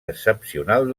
excepcional